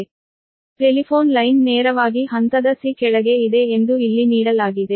ಆದ್ದರಿಂದ telephone line ನೇರವಾಗಿ ಹಂತದ c ಕೆಳಗೆ ಇದೆ ಎಂದು ಇಲ್ಲಿ ನೀಡಲಾಗಿದೆ